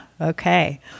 okay